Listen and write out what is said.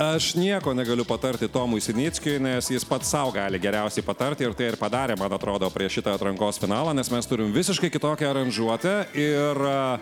aš nieko negaliu patarti tomui sinickiui nuėjęs jis pats sau gali geriausiai patarti ir tai ir padarė man atrodo prieš šitą atrankos finalą nes mes turim visiškai kitokią aranžuotę ir